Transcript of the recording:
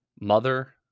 Mother